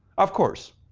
of course.